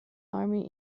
army